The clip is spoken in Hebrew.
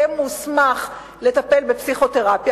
יהיה מוסמך לטפל בפסיכותרפיה,